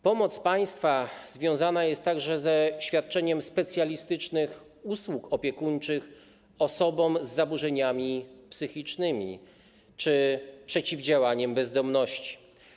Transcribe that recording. Pomoc państwa związana jest także ze świadczeniem specjalistycznych usług opiekuńczych osobom z zaburzeniami psychicznymi czy przeciwdziałaniem bezdomności.